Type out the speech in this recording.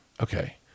Okay